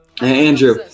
Andrew